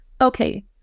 Okay